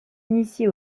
initiée